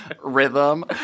rhythm